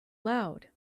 loud